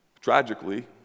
Tragically